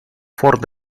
fort